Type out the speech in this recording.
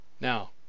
now